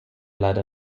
leider